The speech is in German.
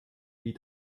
wie